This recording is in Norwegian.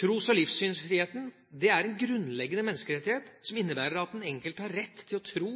Tros- og livssynsfriheten er en grunnleggende menneskerettighet, som innebærer at den enkelte har rett til å tro